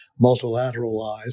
multilateralized